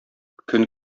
көн